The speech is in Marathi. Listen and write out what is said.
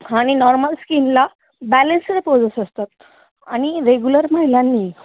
आणि नॉर्मल स्किनला बॅलन्सड असतात आणि रेग्युलर महिलांनी